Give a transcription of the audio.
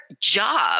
job